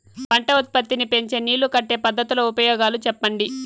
పంట ఉత్పత్తి నీ పెంచే నీళ్లు కట్టే పద్ధతుల ఉపయోగాలు చెప్పండి?